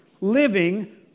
living